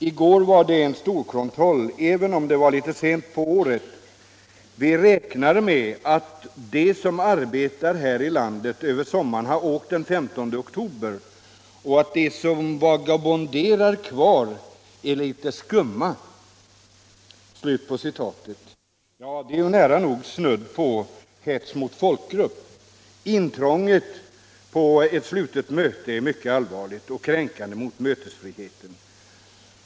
Igår var det en storkontroll, även om den var litet sen på året. Vi räknar med att de som arbetat här över sommaren har åkt den 15 oktober — och att de som vagabonderar kvar här är litet skumma.” —- Detta är nära nog snudd på hets mot folkgrupp! Intrånget på ett slutet möte är mycket allvarligt och en kränkning av mötesfriheten.